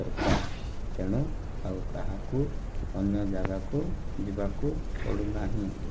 ସରକାର ତେଣୁ ଆଉ କାହାକୁ ଅନ୍ୟ ଜାଗାକୁ ଯିବାକୁ ପଡ଼ୁ ନାହିଁ